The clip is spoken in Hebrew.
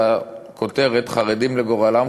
הכותרת: "חרדים לגורלם,